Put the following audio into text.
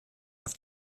auf